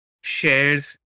shares